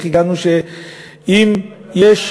איך הגענו לכך שאם יש,